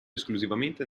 esclusivamente